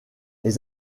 les